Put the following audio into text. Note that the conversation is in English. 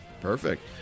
Perfect